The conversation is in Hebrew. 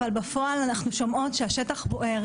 אבל בפועל אנחנו שומעות שהשטח בוער.